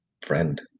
friend